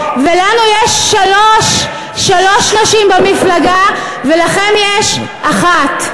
ולנו יש שלוש נשים במפלגה ולכם יש אחת.